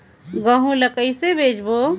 गहूं ला कइसे बेचबो?